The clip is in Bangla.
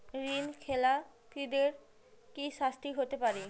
ঋণ খেলাপিদের কি শাস্তি হতে পারে?